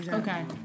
okay